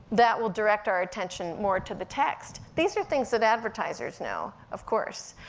that will direct our attention more to the text. these are things that advertisers know, of course.